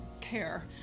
care